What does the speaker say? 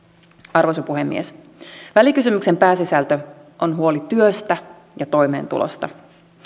arvoisa puhemies välikysymyksen pääsisältö on huoli työstä ja toimeentulosta